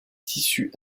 tissus